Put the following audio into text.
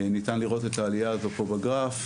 ניתן לראות את העלייה הזו פה בגרף,